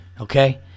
okay